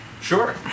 Sure